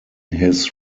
his